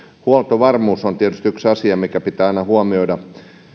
huoltovarmuus on tietysti yksi asia mikä pitää aina huomioida